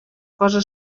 cosa